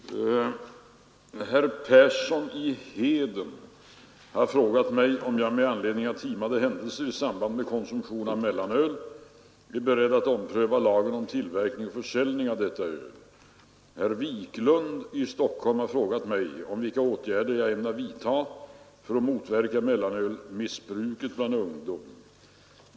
Herr talman! Herr Persson i Heden har frågat mig om jag med anledning av timade händelser i samband med konsumtion av mellanöl är beredd att ompröva lagen om tillverkning och försäljning av detta öl. Herr Wiklund i Stockholm har frågat mig om vilka åtgärder jag ämnar vidta för att motverka mellanölsmissbruket bland ungdom.